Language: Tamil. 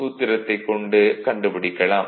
சூத்திரத்தைக் கொண்டு கண்டுபிடிக்கலாம்